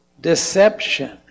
Deception